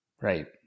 right